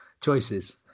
Choices